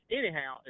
anyhow